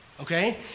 Okay